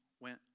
went